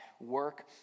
work